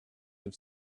have